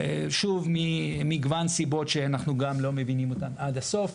שוב ממגוון סיבות שאנחנו גם לא מבינים אותן עד הסוף.